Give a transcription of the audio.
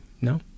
no